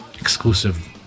exclusive